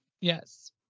Yes